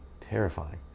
terrifying